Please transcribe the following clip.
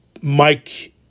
Mike